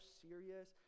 serious